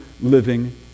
living